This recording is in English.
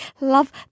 love